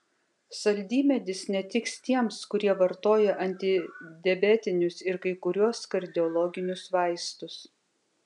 saldymedis netiks tiems kurie vartoja antidiabetinius ir kai kuriuos kardiologinius vaistus